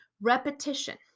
Repetition